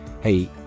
Hey